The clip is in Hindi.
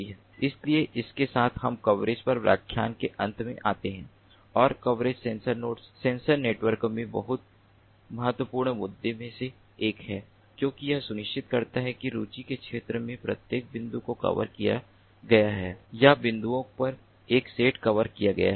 इसलिए इसके साथ हम कवरेज पर व्याख्यान के अंत में आते हैं और कवरेज सेंसर नेटवर्क में बहुत महत्वपूर्ण मुद्दों में से एक है क्योंकि यह सुनिश्चित करता है कि रुचि के क्षेत्र में प्रत्येक बिंदु को कवर किया गया है या बिंदुओं का एक सेट कवर किया गया है